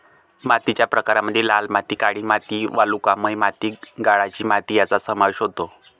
मातीच्या प्रकारांमध्ये लाल माती, काळी माती, वालुकामय माती, गाळाची माती यांचा समावेश होतो